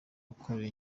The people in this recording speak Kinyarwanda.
gukorera